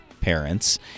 parents